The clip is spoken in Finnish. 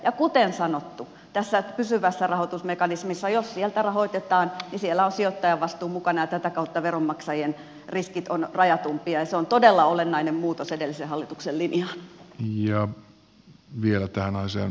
ja kuten sanottu tässä pysyvässä rahoitusmekanismissa jos sieltä rahoitetaan on sijoittajavastuu mukana ja tätä kautta veronmaksajien riskit ovat rajatumpia ja se on todella olennainen muutos edellisen hallituksen linjaan